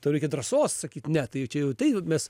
tau reikia drąsos sakyt ne tai čia jau tai mes